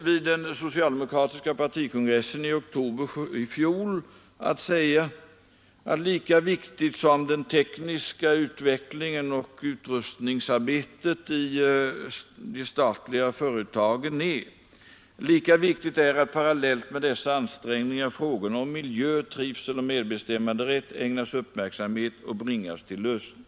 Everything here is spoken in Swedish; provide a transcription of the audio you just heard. Vid den socialdemokratiska partikongressen i oktober i fjol tillät jag mig säga följande: ”Lika viktig som den tekniska utvecklingen och utrustningsarbetet i de statliga företagen är, lika viktigt är att parallellt med dessa ansträngningar frågorna om miljö, trivsel och medbestämmanderätt ägnas uppmärksamhet och bringas till lösning.